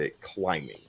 climbing